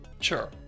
Sure